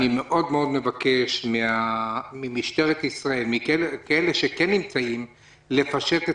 אני מאוד מאוד מבקש ממשטרת ישראל לפשט את